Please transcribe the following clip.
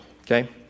okay